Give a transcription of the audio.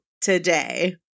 today